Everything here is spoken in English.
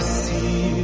see